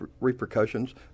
repercussions